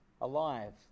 alive